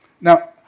Now